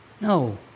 No